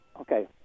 okay